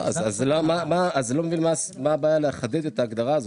אז אני לא מבין מה הבעיה לחדד את ההגדרה הזאת,